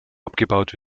abgebaut